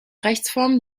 rechtsform